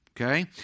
Okay